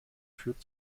führt